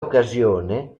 occasione